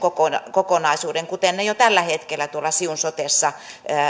kokonaisuuden kuten ne jo tällä hetkellä tuolla siun sotessa